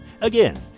Again